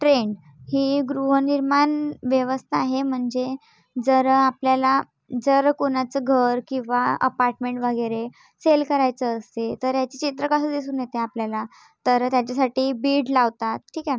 trend ही गृहनिर्माण व्यवस्था आहे म्हणजे जर आपल्याला जर कोणाचं घर किंवा अपार्टमेंट वगैरे सेल करायचं असेल तर याचे चित्र कसं दिसून येते आपल्याला तर त्याच्यासाठी बीड लावतात ठीक आहे